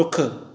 ਰੁੱਖ